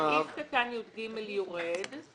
סעיף קטן (יג) יורד.